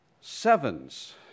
Sevens